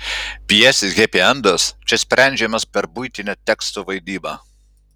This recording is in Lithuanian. pjesės hepiendas čia sprendžiamas per buitinę teksto vaidybą